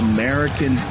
American